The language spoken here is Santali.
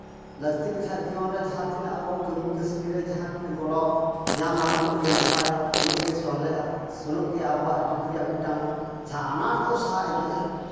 ᱞᱟᱹᱠᱛᱤ ᱞᱮᱠᱷᱟᱡ ᱡᱤᱭᱚᱱ ᱨᱮ ᱡᱟᱦᱟᱸᱛᱤᱱᱟᱹᱜ ᱟᱵᱚ ᱠᱟᱹᱢᱤ ᱠᱟᱹᱥᱱᱤ ᱨᱮ ᱡᱟᱦᱟᱸ ᱛᱤᱱᱟᱹᱜ ᱜᱚᱲᱚ ᱧᱟᱢᱟᱭ ᱩᱱᱟᱹᱜ ᱜᱮ ᱱᱟᱯᱟᱭᱟ ᱩᱱᱟᱹᱜ ᱜᱮ ᱥᱚᱦᱞᱮᱜᱼᱟ ᱩᱱᱟᱹᱜ ᱜᱮ ᱟᱵᱚᱣᱟᱜ ᱡᱩᱜᱽ ᱨᱮᱭᱟᱜ ᱢᱤᱫᱴᱟᱝ ᱡᱟᱦᱟᱸ ᱟᱱᱟᱴ ᱠᱚ ᱥᱟᱦᱟ ᱤᱫᱤᱜᱼᱟ